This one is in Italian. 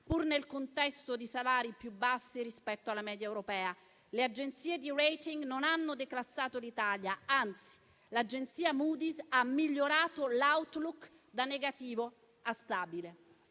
pur nel contesto di salari più bassi rispetto alla media europea. Le agenzie di *rating* non hanno declassato l'Italia, anzi l'agenzia Moody's ha migliorato l'*outlook* da negativo a stabile.